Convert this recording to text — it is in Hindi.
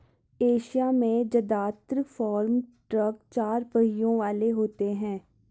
एशिया में जदात्र फार्म ट्रक चार पहियों वाले होते हैं